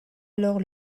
alors